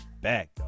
back